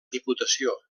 diputació